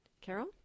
Carol